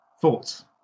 thoughts